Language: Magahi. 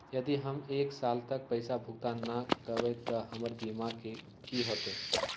यदि हम एक साल तक पैसा भुगतान न कवै त हमर बीमा के की होतै?